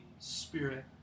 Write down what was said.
Spirit